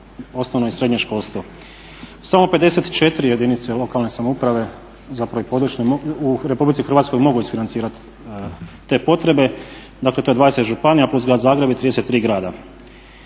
osnovno i srednje školstvo. Samo 54 jedinice lokalne samouprave u RH mogu isfinancirati te potrebe, dakle to je 20 županija plus Grad Zagreb i 33 grada.